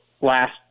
last